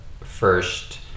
first